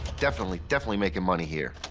definitely, definitely making money here.